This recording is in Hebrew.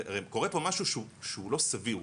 הרי קורה פה משהו שהוא לא סביר,